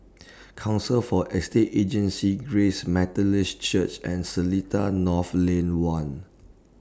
Council For Estate Agencies Grace Methodist Church and Seletar North Lane one